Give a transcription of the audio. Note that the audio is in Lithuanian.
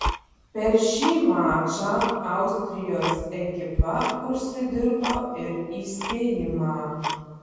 per šį mačą austrijos ekipa užsidirbo ir įspėjimą